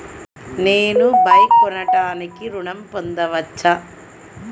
నేను బైక్ కొనటానికి ఋణం పొందవచ్చా?